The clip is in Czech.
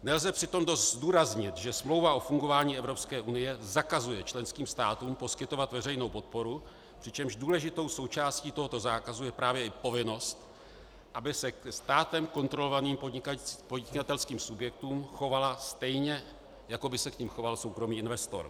Nelze přitom dost zdůraznit, že Smlouva o fungování Evropské unie zakazuje členským státům poskytovat veřejnou podporu, přičemž důležitou součástí tohoto zákazu je právě povinnost, aby se ke státem kontrolovaným podnikatelským subjektům chovala stejně, jako by se k nim choval soukromý investor.